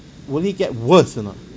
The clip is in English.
will he get worse or not